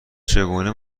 چگونه